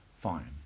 Fine